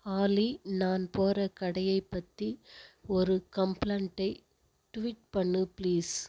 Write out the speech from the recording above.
ஆலி நான் போற கடையைப் பற்றி ஒரு கம்ப்ளண்ட்டை ட்வீட் பண்ணு பிளீஸ்